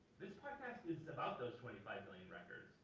this podcast is about those twenty five million records.